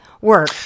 Work